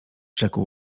rzekł